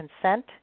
Consent